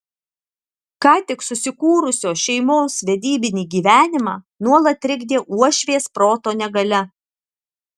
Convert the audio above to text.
ką tik susikūrusios šeimos vedybinį gyvenimą nuolat trikdė uošvės proto negalia